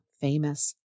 famous